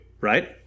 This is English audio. right